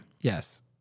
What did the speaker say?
Yes